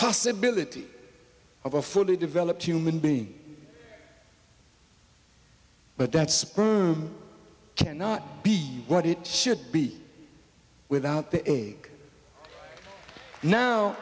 possibility of a fully developed human being but that's cannot be what it should be without the